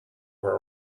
were